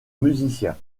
musiciens